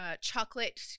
chocolate